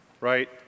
right